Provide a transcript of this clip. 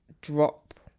drop